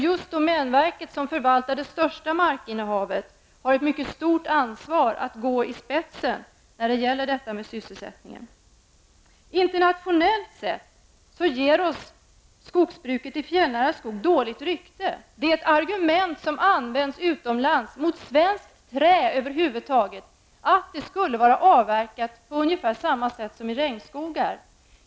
Just domänverket, som förvaltar det största markinnehavet, har ett mycket stort ansvar att gå i spetsen när det gäller sysselsättningen. Internationellt sett ger skogsbruket i fjällnära skog Sverige dåligt rykte. Ett argument som används utomlands mot svenskt trä över huvud taget är att det skulle ha varit avverkat på ungefär samma sätt som sker i regnskogarna.